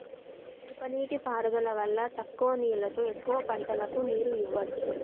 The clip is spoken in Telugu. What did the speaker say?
ఉప నీటి పారుదల వల్ల తక్కువ నీళ్లతో ఎక్కువ పంటలకు నీరు ఇవ్వొచ్చు